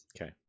Okay